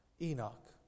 Enoch